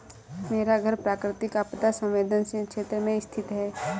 मेरा घर प्राकृतिक आपदा संवेदनशील क्षेत्र में स्थित है